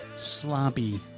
sloppy